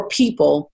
people